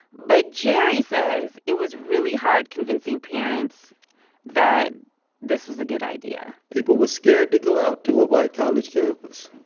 but jerry says it was really hard convincing parents that this was a good idea people were scared to go out to a white college campus.